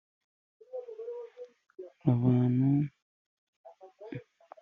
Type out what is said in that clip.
Abantu benshi bari gushyira ifumbire mu butaka.